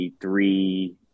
three